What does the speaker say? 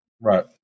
Right